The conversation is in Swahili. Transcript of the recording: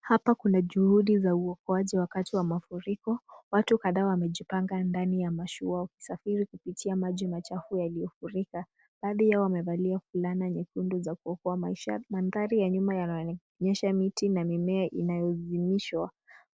Hapa kuna juhudi za uokoaji wakati wa mafuriko. Watu kadhaa wamejipanga ndani ya mashua wakisafiri kupitia maji machafu yaliyofurika. Baadhi yao wamevalia fulana nyekundu za kuokoa maisha. Mandhari ya nyuma yanaonyesha miti na mimea inayozimishwa